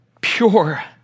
Pure